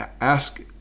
ask